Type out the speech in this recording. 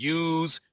use